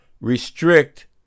restrict